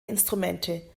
instrumente